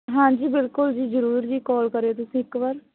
ਹਾਂਜੀ ਬਿਲਕੁਲ ਜੀ ਜ਼ਰੂਰ ਜੀ ਕੌਲ ਕਰਿਓ ਤੁਸੀਂ ਇੱਕ ਵਾਰ